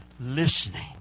listening